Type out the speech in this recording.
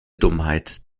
dummheit